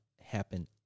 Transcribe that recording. happen